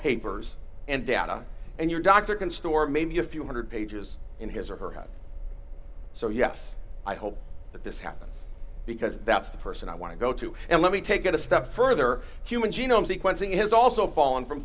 papers and data and your doctor can store maybe a few one hundred pages in his or her head so yes i hope that this happens because that's the person i want to go to and let me take it a step further human genome sequencing has also fallen from